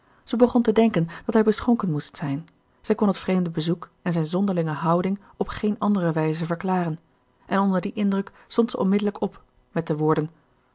zij begon te denken dat hij beschonken moest zijn zij kon het vreemde bezoek en zijn zonderlinge houding op geen andere wijze verklaren en onder dien indruk stond zij onmiddellijk op met de woorden